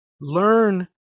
learn